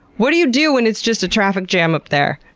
what do you do when it's just a traffic jam up there?